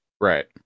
Right